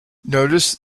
notice